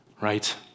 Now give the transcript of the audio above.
right